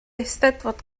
eisteddfod